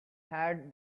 had